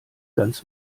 ganz